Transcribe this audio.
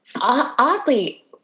Oddly